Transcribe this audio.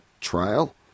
trial